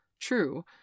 True